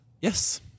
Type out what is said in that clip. Yes